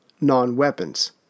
non-weapons